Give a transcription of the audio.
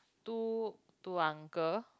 two two uncle